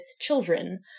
children